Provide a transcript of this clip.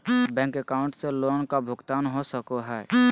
Bank account से loan का भुगतान हो सको हई?